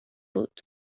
بود